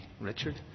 Richard